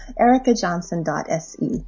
ericajohnson.se